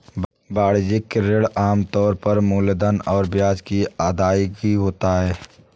वाणिज्यिक ऋण आम तौर पर मूलधन और ब्याज की अदायगी होता है